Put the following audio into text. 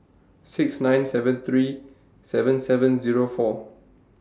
six nine seven three seven seven Zero four